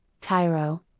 Cairo